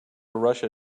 russia